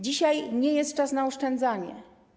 Dzisiaj nie jest czas na oszczędzanie.